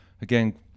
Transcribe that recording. again